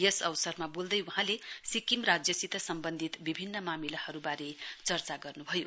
यस अवसरमा बोल्दै वहाँले सिक्किम राज्यसित सम्बन्धित विभिन्न मामिलाहरूबारे चर्चा गर्नुभयो